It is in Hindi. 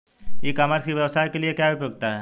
ई कॉमर्स की व्यवसाय के लिए क्या उपयोगिता है?